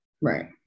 Right